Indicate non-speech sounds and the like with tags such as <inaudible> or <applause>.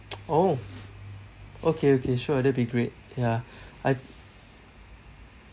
<noise> oh okay okay sure that'll be great ya I